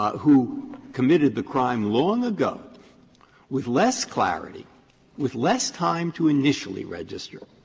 who committed the crime long ago with less clarity with less time to initially register,